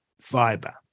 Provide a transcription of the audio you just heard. fiber